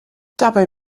dabei